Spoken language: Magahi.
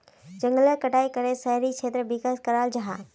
जनगलेर कटाई करे शहरी क्षेत्रेर विकास कराल जाहा